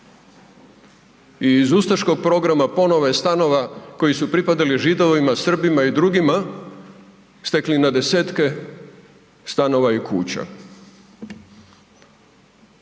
I iz ustaškog programa ponovo je stanova koji su pripadali Židovima, Srbima i drugima stekli na 10-tke stanova i kuća.